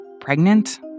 Pregnant